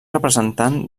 representant